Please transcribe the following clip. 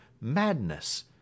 madness